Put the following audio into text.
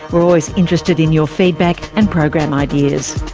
we're always interested in your feedback and program ideas.